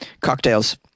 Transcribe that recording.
cocktails